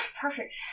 Perfect